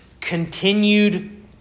continued